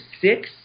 six